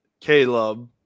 Caleb